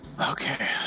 Okay